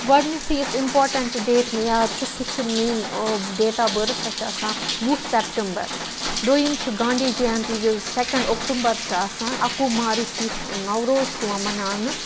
گوٚڈٕنیٚتھٕے یُس important date مےٚ یاد چھُ سُہ چھُ میٲنٛۍ ڈیٹ آف بٔرتھ سۄ چھِ آسان وُہ سپٹمبَر دوٚیِم چھ گاندی جیَنی یۄس سیٚکَنٛڈ اَکٹومبَر چھُ آسان اَکوُہ مارچ یُس نوروز چھُ یِوان مَناونہٕ